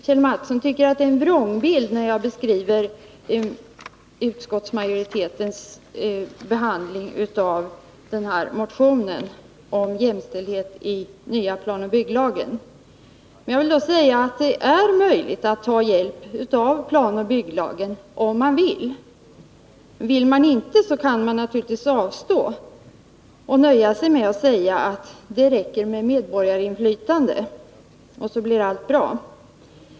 Kjell Mattsson tycker att jag gör en vrångbild när jag beskriver utskottets behandling av motionen om jämställdhet i den nya planoch bygglagen. Jag vill då säga att det är möjligt att få hjälp genom planoch bygglagen, om man villdet. Vill man inte, kan man naturligtvis avstå och nöja sig med att säga att det räcker med medborgarinflytande, och så blir allt bra.